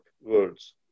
words